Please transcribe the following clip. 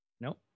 Nope